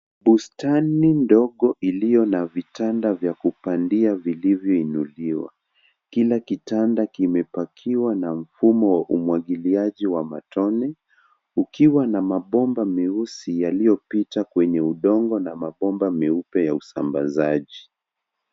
Bustain ndogo iliyo na vitanda vya kupandia vilivyoinuliwa. KIla kitnda kimepakiwa na mfumo wa umwagiliaji wa matone ukiwa na mabomba meusi yaliyopita kwenye udongo na mabomba meupe ya usambazaji.